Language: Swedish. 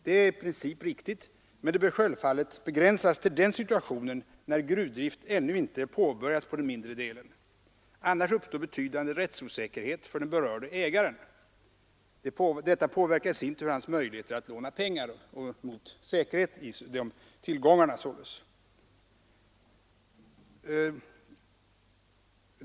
Det är i princip riktigt, men rätten bör självfallet begränsas till den situation då gruvdrift ännu inte har påbörjats på den mindre delen. Annars uppstår betydande rättsosäkerhet hos den berörde ägaren. Detta påverkar i sin tur hans möjlighet att låna pengar med säkerhet i gruvtillgångarna.